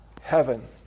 heaven